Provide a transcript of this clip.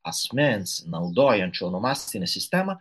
asmens naudojančio onomastinę sistemą